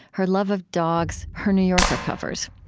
her love of dogs, her new yorker covers.